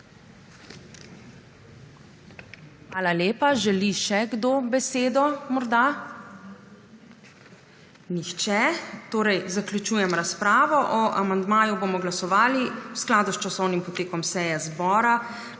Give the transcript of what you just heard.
Hvala lepa. Želi še kdo besedo morda? (Nihče.) Zaključujem razpravo. O amandmaju bomo glasovali v skladu s časovnim potekom seje zbora